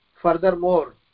furthermore